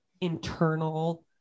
internal